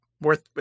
worth